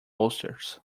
bolsters